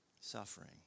suffering